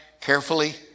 carefully